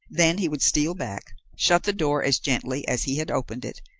then he would steal back, shut the door as gently as he had opened it,